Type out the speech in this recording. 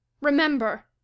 remember